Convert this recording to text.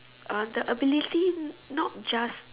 uh the ability not just